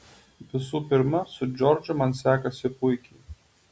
visų pirma su džordžu man sekasi puikiai